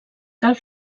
cal